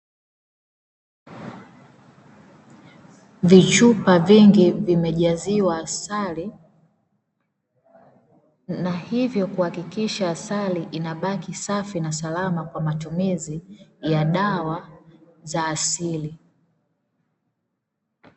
Vichupa vingi vimejaziwa asali, na hivyo kuhakikisha asali inabaki safi na salama kwa matumizi ya dawa za asili.